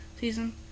season